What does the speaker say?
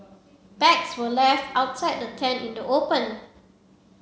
bags were left outside the tent in the open